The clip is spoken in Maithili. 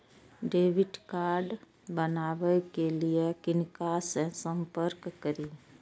डैबिट कार्ड बनावे के लिए किनका से संपर्क करी?